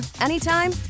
anytime